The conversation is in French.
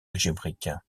algébrique